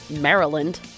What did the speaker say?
Maryland